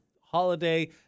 Holiday